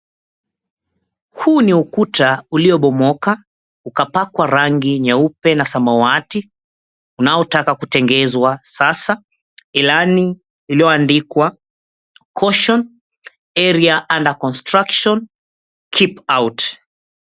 Huu ni ukuta uliobomoka ukapakwa rangi nyeupe na samawati unaotaka kutengezwa sasa. Ilani ilioandikwa, "CAUTION AREA UNDER CONSTRUCTION KEEP OUT."